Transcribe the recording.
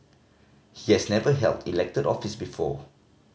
he has never held elected office before